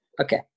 Okay